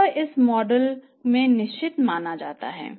यह इस मॉडल में निश्चित माना जाता है